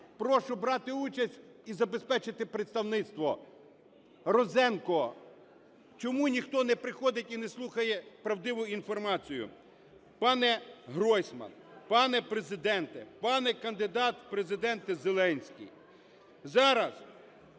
прошу брати участь і забезпечити представництво. Розенко. Чому ніхто не приходить і не слухає правдиву інформацію? ПанеГройсман, пане Президенте, пане кандидат в Президенти Зеленський,